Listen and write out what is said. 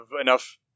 enough